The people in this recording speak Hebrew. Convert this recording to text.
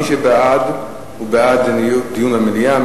מי שבעד, הוא בעד דיון במליאה.